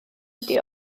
ydi